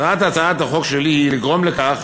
מטרת הצעת החוק שלי היא לגרום לכך